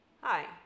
Hi